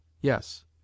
Yes